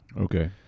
Okay